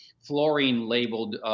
fluorine-labeled